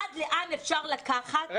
עד היכן אפשר לקחת את הנושא הזה לכיוון הפוליטי.